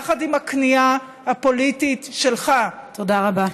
יחד עם הכניעה הפוליטית שלך, תודה רבה.